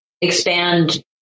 expand